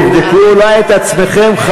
תבדקו אולי את עצמכם,